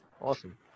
Awesome